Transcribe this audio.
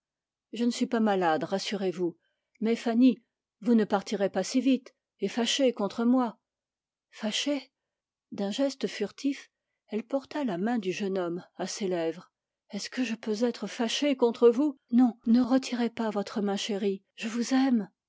je ne suis pas malade rassurez-vous mais vous ne partirez pas si vite et fâchée contre moi fâchée d'un geste furtif elle porta la main du jeune homme à ses lèvres est-ce que je peux être fâchée contre vous non ne retirez pas votre main chérie je vous aime